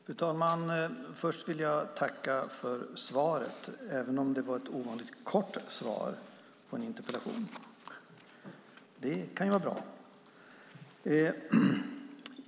Fru talman! Först vill jag tacka för svaret, även om det var ett ovanligt kort svar på en interpellation. Det kan ju vara bra.